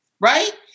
right